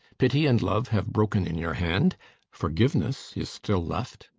pity and love have broken in your hand forgiveness is still left.